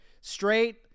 straight